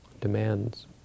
demands